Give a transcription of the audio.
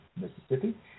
Mississippi